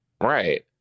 right